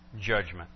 judgment